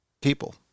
people